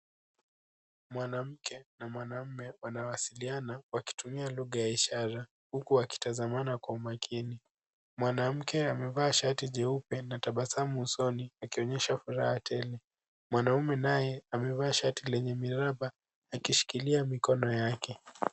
Mwanamke na mwanaume wanawasiliana wakitumia lugha ya ishara, huku wakitazamana kwa umakini, mwanamke amevaa shati jeupe na tabasamu usoni akionyesha furaha tele, mwanaume naye amevaa shati lenye miraba akishikilia miikono yake.